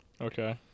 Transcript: Okay